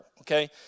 okay